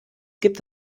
gibt